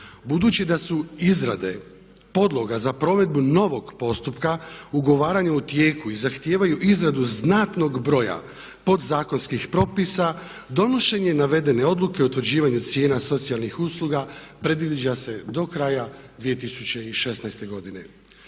Budući da su izrade podloga za provedbu novog postupka ugovarane u tijeku i zahtijevaju izradu znatnog broja podzakonskih propisa donošenje navedene odluke o utvrđivanju cijena socijalnih usluga predviđa se do kraja 2016. godine.